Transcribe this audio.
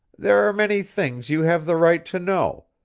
there are many things you have the right to know,